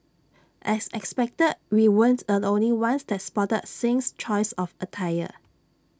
as expected we weren't the only ones that spotted Singh's choice of attire